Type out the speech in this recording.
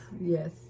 yes